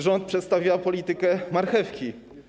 Rząd przedstawia politykę marchewki.